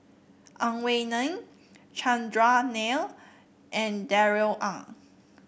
Ang Wei Neng Chandran Nair and Darrell Ang